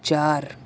چار